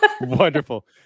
wonderful